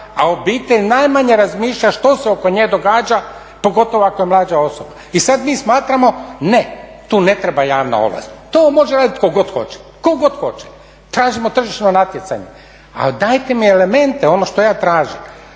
a obitelj najmanje razmišlja što se oko nje događa pogotovo ako je mlađa osoba. I sada mi smatramo ne, tu ne treba javna ovlast, to vam može raditi tko god hoće, tko god hoće. Tražimo tržišno natjecanje, a dajte mi elemente ono što ja tražim,